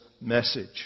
message